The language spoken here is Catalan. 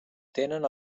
tenen